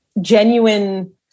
genuine